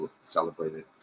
celebrated